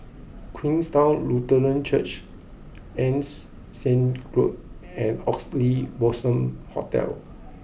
Queenstown Lutheran Church Ann's Siang Road and Oxley Blossom Hotel